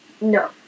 No